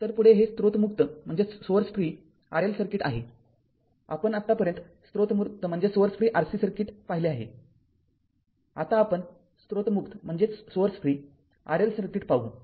तर पुढे ते स्त्रोत मुक्त RL सर्किट आहेआपण आत्तापर्यंत स्त्रोत मुक्त Rc सर्किट पाहिले आहे आता आपण स्त्रोत मुक्त RL सर्किट पाहू